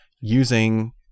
using